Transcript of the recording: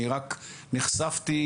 אני רק אספר שאני נחשפתי,